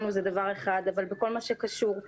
לא ניתנים מודלים מפורטים יותר שמסבירים